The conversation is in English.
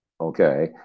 Okay